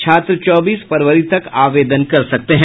छात्र चौबीस फरवरी तक आवेदन कर सकते हैं